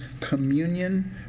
communion